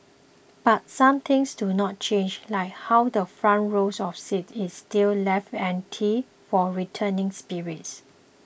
but some things do not change like how the front row of seats is still left empty for returning spirits